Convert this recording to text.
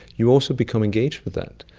you also become engaged with that.